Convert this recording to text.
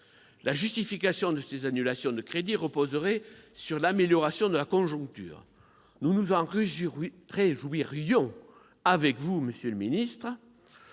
La justification de ces annulations de crédits reposerait sur l'amélioration de la conjoncture. Nous nous en réjouirions avec vous, monsieur le ministre,